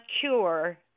cure